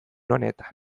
honetan